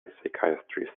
psychiatrist